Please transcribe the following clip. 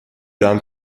han